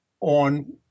on